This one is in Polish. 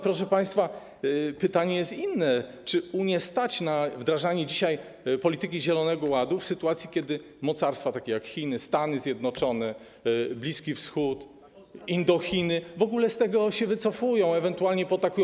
Proszę państwa, pytanie jest inne: Czy Unię stać na wdrażanie dzisiaj polityki zielonego ładu w sytuacji, kiedy mocarstwa takie jak Chiny, Stany Zjednoczone, Bliski Wschód, Indochiny w ogóle z tego się wycofują, ewentualnie potakują?